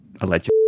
alleged